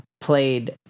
played